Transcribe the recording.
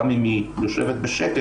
גם אם היא יושבת בשקט,